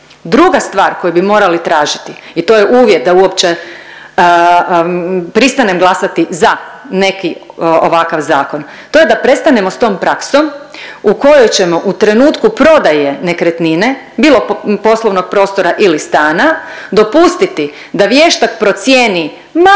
Druga stvar koju bi morali tražiti i to je uvjet da uopće pristanem glasati za neki ovakav zakon, to je da prestanemo sa tom praksom u kojoj ćemo u trenutku prodaje nekretnine bilo poslovnog prostora ili stana dopustiti da vještak procijeni manju